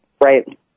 Right